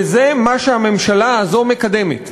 וזה מה שהממשלה הזאת מקדמת.